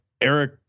Eric